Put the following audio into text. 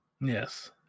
yes